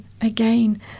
again